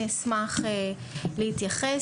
אני מנהלת אגף יישומי